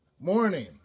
morning